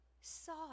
saw